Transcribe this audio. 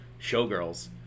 showgirls